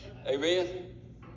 Amen